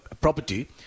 property